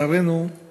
לצערנו,